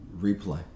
replay